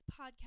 podcast